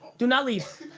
do not leave.